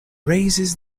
raises